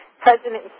President